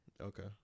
Okay